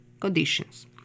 conditions